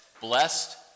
blessed